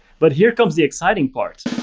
but here comes the exciting part.